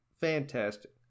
fantastic